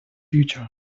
future